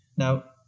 now,